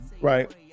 right